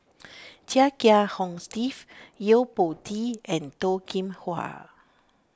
Chia Kiah Hong Steve Yo Po Tee and Toh Kim Hwa